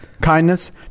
Kindness